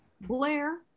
Blair